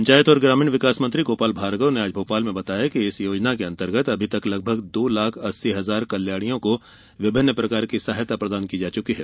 पंचायत और ग्रामीण विकास मंत्री गोपाल भार्गव ने आज भोपाल में बताया कि इस योजना के अन्तर्गत अभी तक लगभग दो लाख अस्सी हजार कल्याणियों को विभिन्न प्रकार की सहायता प्रदान की जा चुकी है